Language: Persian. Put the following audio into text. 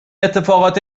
اتفاقات